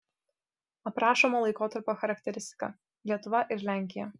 aprašomo laikotarpio charakteristika lietuva ir lenkija